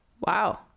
Wow